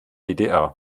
ddr